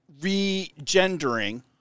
re-gendering